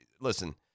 listen